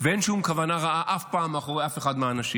ואין שום כוונה רעה אף פעם מאחורי אף אחד מהאנשים,